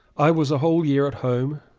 i was a whole year at home,